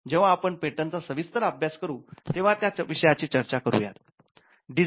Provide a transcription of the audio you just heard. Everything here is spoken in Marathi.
जेव्हा आपण पेटंटचा सविस्तर अभ्यास करू तेव्हा या विषयाची चर्चा करूयात